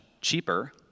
cheaper